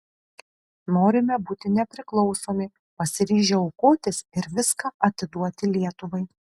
norime būti nepriklausomi pasiryžę aukotis ir viską atiduoti lietuvai